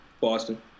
Boston